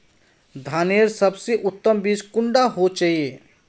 धानेर सबसे उत्तम बीज कुंडा होचए?